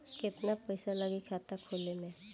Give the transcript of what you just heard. केतना पइसा लागी खाता खोले में?